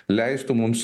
leistų mums